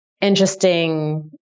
interesting